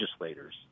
legislators